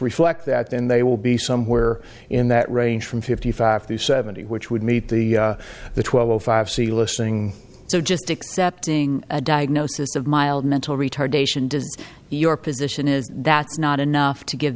reflect that and they will be somewhere in that range from fifty five to seventy which would meet the the twelve o five c listening so just accepting a diagnosis of mild mental retardation does your position is that's not enough to give